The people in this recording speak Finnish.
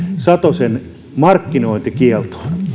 satosen ehdottaman markkinointikiellon